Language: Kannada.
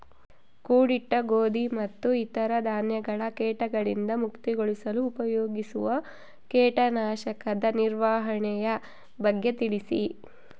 ಕೂಡಿಟ್ಟ ಗೋಧಿ ಮತ್ತು ಇತರ ಧಾನ್ಯಗಳ ಕೇಟಗಳಿಂದ ಮುಕ್ತಿಗೊಳಿಸಲು ಉಪಯೋಗಿಸುವ ಕೇಟನಾಶಕದ ನಿರ್ವಹಣೆಯ ಬಗ್ಗೆ ತಿಳಿಸಿ?